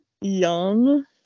Yum